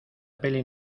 peli